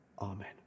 Amen